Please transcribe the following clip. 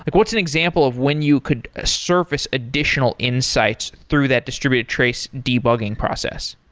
like what's an example of when you could surface additional insights through that distributed trace debugging process?